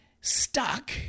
stuck